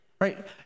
right